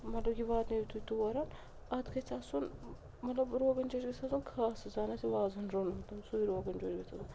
مطلب یہِ واتنٲیو تُہۍ تور اَتھ گژھہِ آسُن مطلب روغن جوش گَژھہِ آسُن خاصٕے زَن آسہِ وازَن روٚنمُت سُے روغن جوش گژھہِ آسُن